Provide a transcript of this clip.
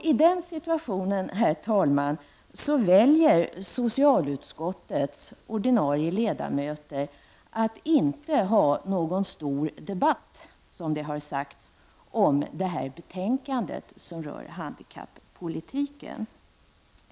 I den situationen väljer socialutskottets ordinarie ledamöter att inte ha någon stor debatt, som det har sagts, om betänkandet som rör handikapppolitiken.